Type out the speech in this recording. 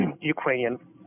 Ukrainian